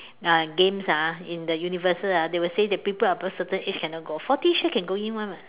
uh games ah in the universal ah they will say that people above certain age cannot go forty sure can go in [one] [what]